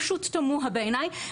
פשוט תמוה בעיניי,